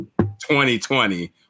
2020